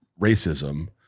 racism